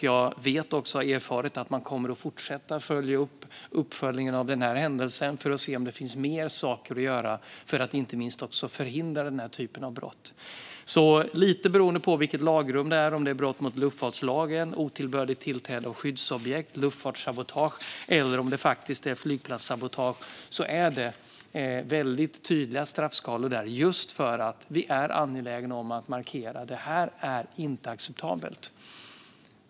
Jag har också erfarit att man kommer att fortsätta uppföljningen av denna händelse för att se om det finns mer att göra, inte minst för att förhindra denna typ av brott. Lite beroende på vilket lagrum det är - om det är brott mot luftfartslagen, otillbörligt tillträde till skyddsobjekt eller luftfartssabotage eller om det faktiskt är flygplatssabotage - är det väldigt tydliga straffskalor, just för att vi är angelägna om att markera att detta inte är acceptabelt.